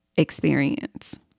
experience